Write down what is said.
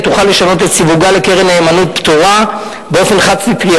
תוכל לשנות את סיווגה לקרן נאמנות פטורה באופן חד-סטרי.